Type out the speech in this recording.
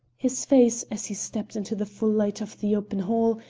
his face, as he stepped into the full light of the open hall,